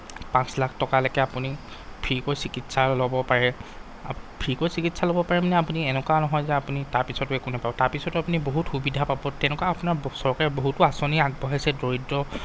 পাঁচ লাখ টকালৈকে আপুনি ফ্ৰীকৈ চিকিৎসা ল'ব পাৰে ফ্ৰীকৈ চিকিৎসা ল'ব পাৰে মানে আপুনি এনেকুৱা নহয় যে আপুনি তাৰপিছতো একো নেপাব তাৰপিছতো আপুনি বহুত সুবিধা পাব তেনেকুৱা আপোনাৰ চৰকাৰে বহুতো আঁচনি আগবঢ়াইছে দৰিদ্ৰ